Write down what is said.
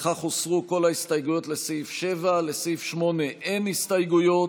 בכך הוסרו כל ההסתייגויות לסעיף 7. לסעיף 8 אין הסתייגויות.